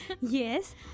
Yes